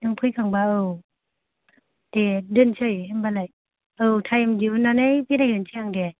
नों फैखांबा औ दे दोनसै होनबालाय औ थाइम दिहुननानै बेराय होनसै आं दे